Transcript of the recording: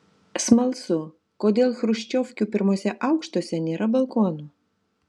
smalsu kodėl chruščiovkių pirmuose aukštuose nėra balkonų